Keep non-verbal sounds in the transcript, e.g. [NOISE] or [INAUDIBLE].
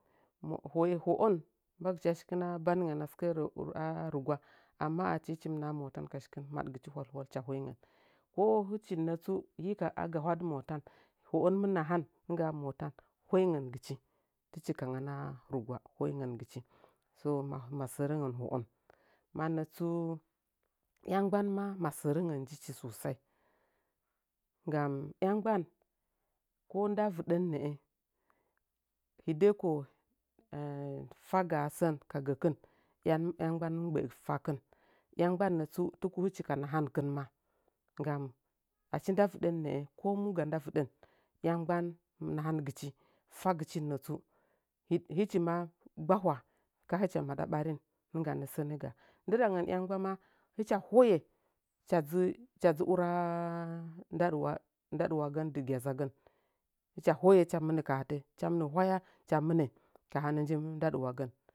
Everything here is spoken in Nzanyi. Ho'on mbagɨcha shikinna bangən a sɨkərə rɨgwa [HESITATION] amma achi hɨchim naha motanka shikin madgɨchi hwalhwal hɨcha hoingən ko hɨchin nətsu hekam agahwadɨ motal ho'on mɨ nahan mətan hoingəgɨchi tɨchi kangən a rɨgwa hoingəngɨchi tɨchi kangən sa ma ma sərəngən ho'on manntsu iyammgban ma səvəngən njich sosai gam iyammgban ko nda vɨɗən nə'ə hediko [HESITATION] faga sən ka gəkɨn iyayamgban mɨ mgbə'ə fakɨn iyammgban nətsu tuku hɨchi ka nahankɨn ma gam achi nda vɨɗən nəə komu ga nda vɨɗən yammgban nahan gɨchi fagɨchi nətsuni hɨchi ma gbahwa kachɨha maɗa ɓarin nɨgganə sənə ga ndɨɗangən iyammgbama hɨch hoye hɨcha dzɨ hɨcha dzɨ ura ndaɗɨwa ndadɨwagəan dɨ gyazagən hɨcha hoye hɨcha mɨnə kahatə hɨcha mɨna hwaya hɨcha mɨnə kahanə nji ndaɗɨwagən